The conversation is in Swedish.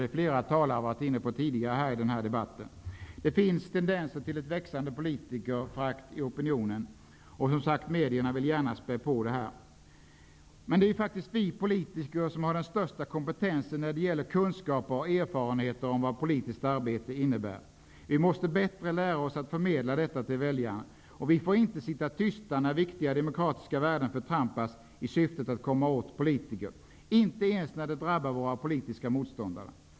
Flera talare har redan varit inne på det i denna debatt. Det finns tendenser till att politikerföraktet växer i opinionen, och medierna vill, som sagt, gärna spä på detta. Vi politiker har ju faktiskt den största kompetensen när det gäller kunskaper och erfarenheter om vad politiskt arbete innebär. Vi måste lära oss att förmedla detta på ett bättre sätt till väljarna. Vi får inte sitta tysta när viktiga demokratiska värden förtrampas i syftet att komma åt politiker -- inte ens när det drabbar våra politiska motståndare.